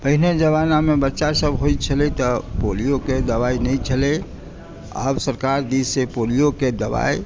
पहिने जमाना मे बच्चा सब होइ छलै तऽ पोलियो के दवाइ नहि छलै आब सरकार दिस सऽ पोलियो के दवाई